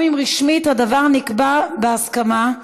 גם אם רשמית הדבר נקבע בהסכמה,